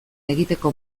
egiteko